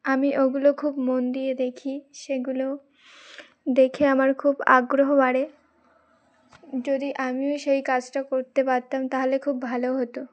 আমি ওগুলো খুব মন দিয়ে দেখি সেগুলো দেখে আমার খুব আগ্রহ বাড়ে যদি আমিও সেই কাজটা করতে পারতাম তাহলে খুব ভালো হতো